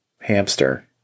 hamster